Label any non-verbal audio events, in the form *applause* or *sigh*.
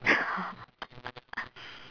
*laughs*